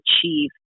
achieve